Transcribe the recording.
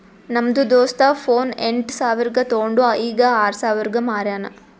ನಮ್ದು ದೋಸ್ತ ಫೋನ್ ಎಂಟ್ ಸಾವಿರ್ಗ ತೊಂಡು ಈಗ್ ಆರ್ ಸಾವಿರ್ಗ ಮಾರ್ಯಾನ್